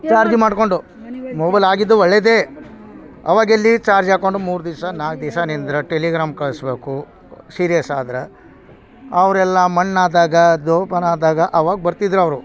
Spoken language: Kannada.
ಚಾರ್ಜ್ ಮಾಡಿಕೊಂಡು ಮೊಬೈಲ್ ಆಗಿದ್ದು ಒಳ್ಳೇದೇ ಅವಾಗೆಲ್ಲಿ ಚಾರ್ಜ್ ಹಾಕ್ಕೊಂಡು ಮೂರು ದಿವ್ಸ ನಾಲ್ಕು ದಿವ್ಸ ನಿಂದ್ರೋ ಟೆಲಿಗ್ರಾಮ್ ಕಳಿಸ್ಬೇಕು ಸೀರಿಯಸ್ ಆದ್ರೆ ಅವರೆಲ್ಲ ಮಣ್ಣಾದಾಗ ದಫನ್ ಆದಾಗ ಅವಾಗ ಬರ್ತಿದ್ರು ಅವರು